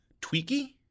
tweaky